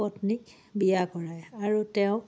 পত্নীক বিয়া কৰাই আৰু তেওঁক